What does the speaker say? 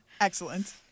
excellent